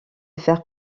faire